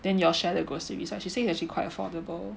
then you all share the groceries like she say is actually quite affordable